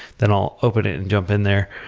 then i'll open it and jump in there.